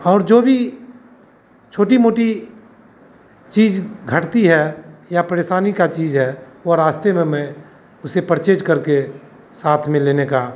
और जो भी छोटी मोटी चीज़ घटती है या परेशानी की चीज़ है वह रास्ते में मैं उसे परचेज़ करके साथ में लेने का